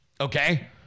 okay